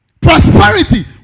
Prosperity